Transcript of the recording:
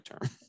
term